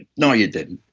no you didn't.